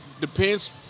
depends